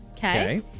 Okay